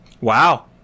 Wow